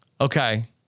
Okay